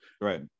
Right